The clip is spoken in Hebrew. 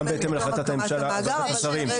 גם בהתאם להחלטת ועדת השרים.